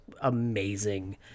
amazing